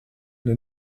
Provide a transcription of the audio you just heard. nous